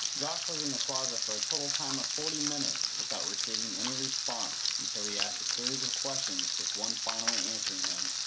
josh was in the closet for a whole time ah forty minutes without receiving any response until he asked a series of questions with one final answer and then